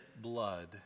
blood